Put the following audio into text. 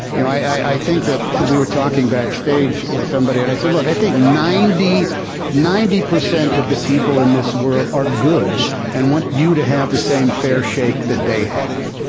you know, i think that we were talking backstage with somebody and i said look, i think ninety ninety percent of the people in this world are good and i want you to have the same fair shake that they had.